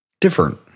Different